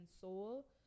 soul